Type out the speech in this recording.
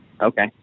Okay